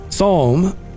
Psalm